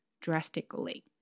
drastically